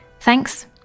Thanks